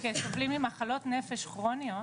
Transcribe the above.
כסובלים ממחלות נפש כרוניות,